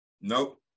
Nope